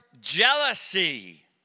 jealousy